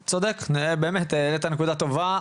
צודק, באמת העלית נקודה טובה.